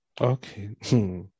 Okay